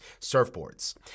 surfboards